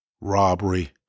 robbery